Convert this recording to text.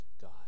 God